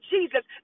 Jesus